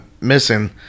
missing